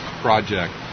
project